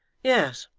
yes.